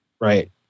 Right